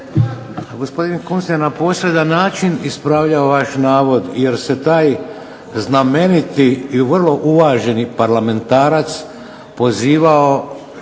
Gospodin Kunst je na poseban način ispravljao vaš navod jer se taj znameniti i vrlo uvaženi parlamentarac pozivao